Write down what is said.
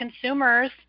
consumers